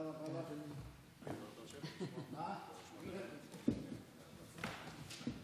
אני מבקש להודות גם לכל מי שבחר להשתתף בתהליך